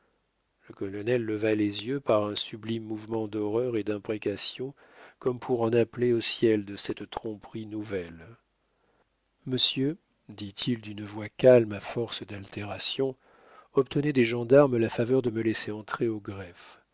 le colonel leva les yeux par un sublime mouvement d'horreur et d'imprécation comme pour en appeler au ciel de cette tromperie nouvelle monsieur dit-il d'une voix calme à force d'altération obtenez des gendarmes la faveur de me laisser entrer au greffe